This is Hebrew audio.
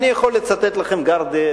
אני יכול לצטט לכם מה"Guardian",